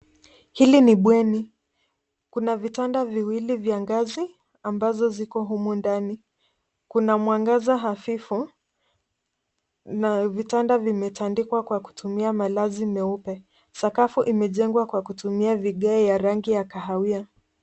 Hili ni bweni kuna vitanda viwili vya ngazi, ambazo ziko humu ndani. kuna mwangaza hafifu na vitanda vimetandikwa kwa kutumia malazi meupe. Sakafu imejengwa kwa kutumia vigae ya rangi ya kahawia.